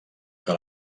que